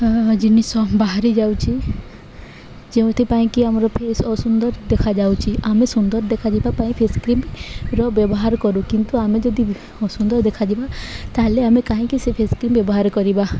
ଜିନିଷ ବାହାରି ଯାଉଛି ଯେଉଁଥି ପାଇଁକି ଆମର ଫେସ୍ ଅସୁନ୍ଦର ଦେଖାଯାଉଛି ଆମେ ସୁନ୍ଦର ଦେଖାାଯିବା ପାଇଁ ଫେସ କ୍ରିମର ବ୍ୟବହାର କରୁ କିନ୍ତୁ ଆମେ ଯଦି ଅସୁନ୍ଦର ଦେଖାଯିବା ତାହେଲେ ଆମେ କାହିଁକି ସେ ଫେସ କ୍ରିମ୍ ବ୍ୟବହାର କରିବା